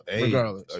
Regardless